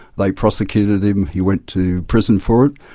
like prosecuted him, he went to prison for it,